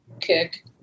kick